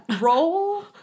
Roll